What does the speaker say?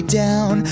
down